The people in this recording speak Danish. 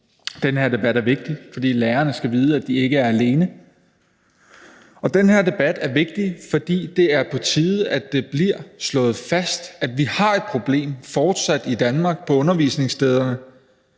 Den her debat er vigtig, fordi lærerne skal vide, at de ikke er alene, og den her debat er vigtig, fordi det er på tide, at det bliver slået fast, at vi fortsat har et problem i Danmark på undervisningsstederne